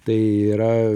tai yra